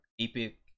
epic